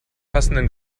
passenden